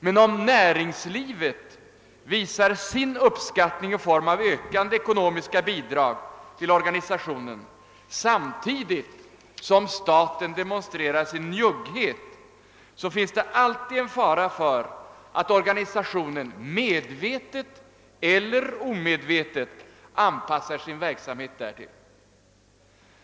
Men om näringslivet visar sin uppskattning i form av ökade ekonomiska bidrag till organisationen samtidigt som staten demonstrerar sin njugghet, så finns det alltid en fara för att organisationen medvetet eller omedvetet anpassar sin verksamhet därefter.